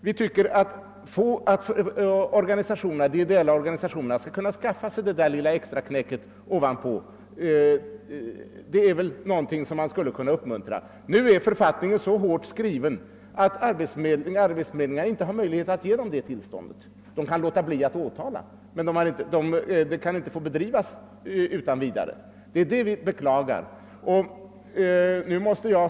Vi anser att de ideella organisationerna skall få skaffa sig denna lilla extra inkomst. Det är väl någonting som man borde kunna uppmuntra. Nu är författningen så hårt skriven att arbetsförmedlingarna inte ha möjlighet att lämna organisationerna sådant tillstånd. Myndigheterna kan låta bli att åtala, men förmedlingsverksamheten får inte bedrivas utan vidare. Det är det vi beklagar.